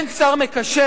אין שר מקשר,